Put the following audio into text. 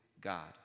God